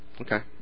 Okay